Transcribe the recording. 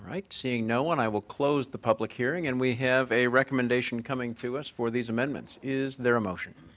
right seeing no one i will close the public hearing and we have a recommendation coming to us for these amendments is there a motion